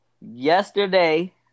yesterday